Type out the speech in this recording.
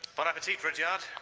bon appetite, rudyard.